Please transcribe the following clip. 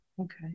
Okay